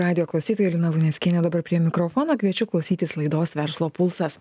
radijo klausytojai lina luneckienė dabar prie mikrofono kviečiu klausytis laidos verslo pulsas